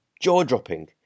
jaw-dropping